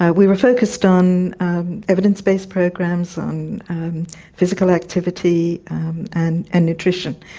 ah we were focused on evidence-based programs on physical activity and and nutrition.